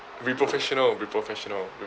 be professional be professional be